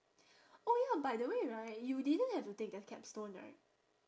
oh ya by the way right you didn't have to take the capstone right